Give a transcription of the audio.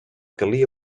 calia